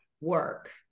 work